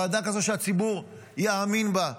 ועדה כזאת שהציבור יאמין בה.